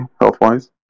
health-wise